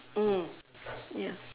mm ya